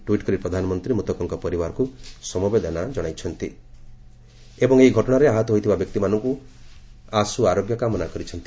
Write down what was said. tweet କରି ପ୍ରଧାନମନ୍ତ୍ରୀ ମୃତକଙ୍କ ପରିବାରବର୍ଗଙ୍କୁ ସମବେଦନା ଜଣାଇଛନ୍ତି ଏବଂ ଏହି ଘଟଣାରେ ଆହତ ହୋଇଥିବା ବ୍ୟକ୍ତିମାନଙ୍କର ଆଶୁ ଆରୋଗ୍ୟ କାମନା କରିଛନ୍ତି